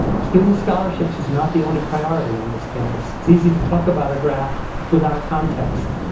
student scholarships is not the only priority on this campus. it's easy to talk about a graph without a context.